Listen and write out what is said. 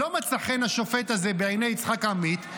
לא מצא חן השופט הזה בעיני יצחק עמית,